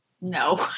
No